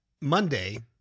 Monday